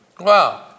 wow